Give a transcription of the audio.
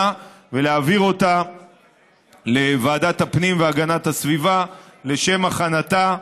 ולהעביר אותה לוועדת הפנים והגנת הסביבה לשם הכנתה,